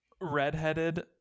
Redheaded